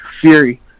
Fury